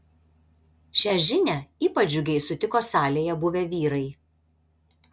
šią žinią ypač džiugiai sutiko salėje buvę vyrai